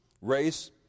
race